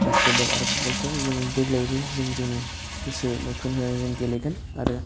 basket बल आरो फुटबलखौ जों देग्लायबो जों जोंनि गोसो मैखोम होनानै जों गेलेगोन आरो